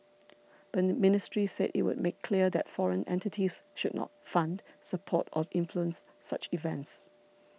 but the ministry said it would make clear that foreign entities should not fund support or influence such events